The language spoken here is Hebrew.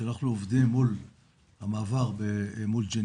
כשאנחנו עובדים מול המעבר בג'נין.